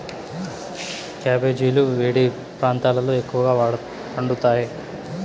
క్యాబెజీలు వేడి ప్రాంతాలలో ఎక్కువగా పండుతాయి